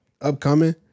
upcoming